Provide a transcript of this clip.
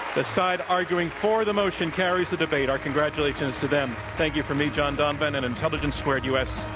the side arguing for the motion carries the debate. our congratulations to them. thank you from me, john donvan, and intelligence squared u. s.